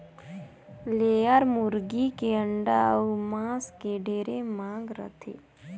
layer मुरगी के अंडा अउ मांस के ढेरे मांग रहथे